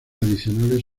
adicionales